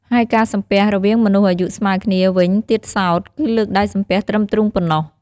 ហើយការសំពះរវាងមនុស្សអាយុស្មើគ្នាវិញទៀតសោត គឺលើកដៃសំពះត្រឹមទ្រូងប៉ុណ្ណោះ។